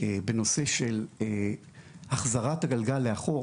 בנושא של החזרת הגלגל לאחור